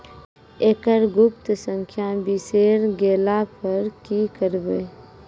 एकरऽ गुप्त संख्या बिसैर गेला पर की करवै?